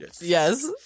Yes